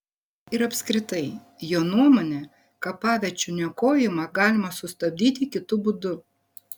ir apskritai jo nuomone kapaviečių niokojimą galima sustabdyti kitu būdu